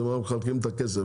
אתם מחבקים את הכסף,